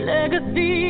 Legacy